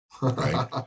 right